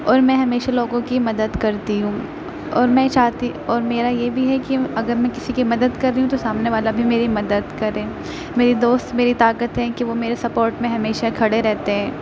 اور میں ہمیشہ لوگوں کی مدد کرتی ہوں اور میں چاہتی اور میرا یہ بھی ہے کہ اگر میں کسی کی مدد کر رہی ہوں تو سامنے والا بھی میری مدد کرے میری دوست میری طاقت ہیں کہ وہ میرے سپورٹ میں ہمیشہ کھڑے رہتے ہیں